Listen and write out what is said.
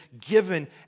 given